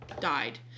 died